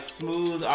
smooth